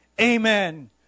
amen